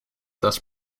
thus